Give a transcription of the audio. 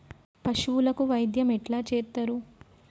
పశువులకు వైద్యం ఎట్లా చేత్తరు?